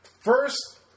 First